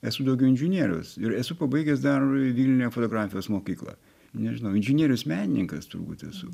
esu daugiau inžinierius ir esu pabaigęs dar vilniuje fotografijos mokyklą nežinau inžinierius menininkas turbūt esu